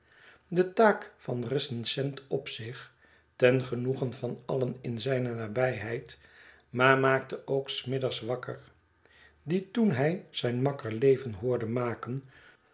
de taak van recensent op zich ten genoegen van alien in zijne nabijheid maar maakte ook smithers wakker die toen hij zijn makker leven hoorde maken